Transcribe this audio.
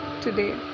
today